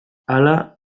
hala